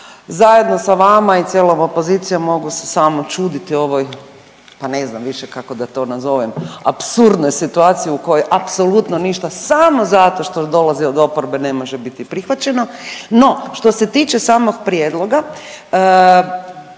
Zajedno sa vama i cijela ova pozicija mogu se samo čuditi ovoj, pa ne znam više kako da to nazovem, apsurdnoj situaciji u kojoj apsolutno ništa samo zato što dolazi od oporbe ne može biti prihvaćeno. No što se tiče samog prijedloga,